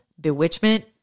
bewitchment